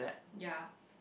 ya